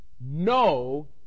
no